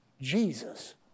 Jesus